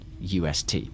UST